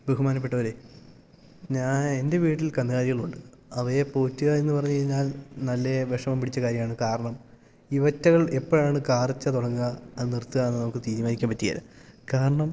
ബഹുമാനപ്പെട്ടവരെ ഞാനെൻ്റെ വീട്ടിൽ കന്നുകാലികളുണ്ട് അവയെ പോറ്റുകയെന്ന് പറഞ്ഞു കഴിഞ്ഞാൽ നല്ല വിഷമം പിടിച്ച കാര്യമാണ് കാരണം ഇവറ്റകൾ എപ്പോഴാണ് കാറിച്ച തുടങ്ങുക അത് നിർത്തുകയെന്ന് നമുക്ക് തീരുമാനിക്കാൻ പറ്റുകയില്ല കാരണം